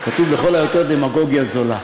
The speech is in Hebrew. כתוב: לכל היותר דמגוגיה זולה.